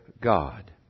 God